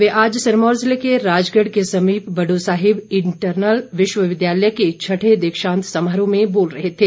वे आज सिरमौर ज़िले के राजगढ़ के समीप बड़्साहिब इंटरनल विश्वविद्यालय के छठे दीक्षांत समारोह में बोल रहे थे